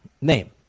name